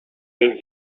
says